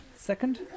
second